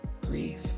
grief